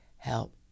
Help